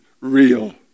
real